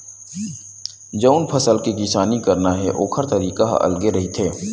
जउन फसल के किसानी करना हे ओखर तरीका ह अलगे रहिथे